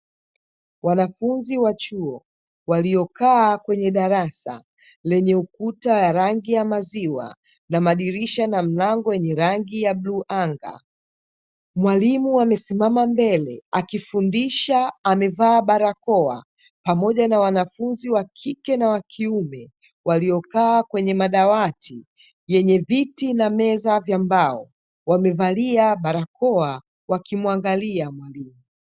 Wanafunzi wa chuo waliokaa kwenye darasa lenye ukuta wa rangi ya maziwa na madirisha na mlango wenye rangi ya bluu anga. Mwalimu amesimama mbele akifundisha, amevaa barakoa; pamoja na wanafunzi wa kike na wa kiume waliokaa kwenye madawati yenye viti na meza ya mbao, wamevalia barakoa wakimuangalia mwalimu.